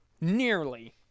Nearly